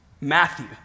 Matthew